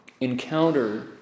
encounter